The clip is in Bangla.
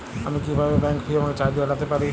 আমি কিভাবে ব্যাঙ্ক ফি এবং চার্জ এড়াতে পারি?